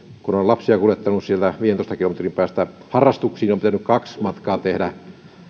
olen lapsia kuljettanut viidentoista kilometrin päästä harrastuksiin niin on pitänyt kaksi matkaa tehdä